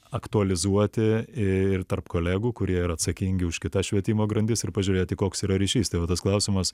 aktualizuoti ir tarp kolegų kurie yra atsakingi už kitas švietimo grandis ir pažiūrėti koks yra ryšys tai va tas klausimas